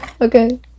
okay